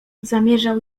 zamierzał